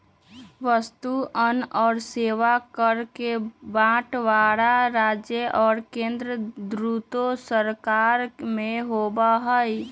वस्तुअन और सेवा कर के बंटवारा राज्य और केंद्र दुन्नो सरकार में होबा हई